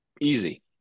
Easy